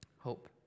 Hope